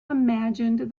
imagined